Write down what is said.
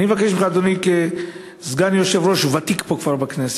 אני מבקש ממך, אדוני, כסגן יושב-ראש ותיק בכנסת: